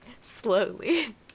Slowly